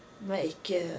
make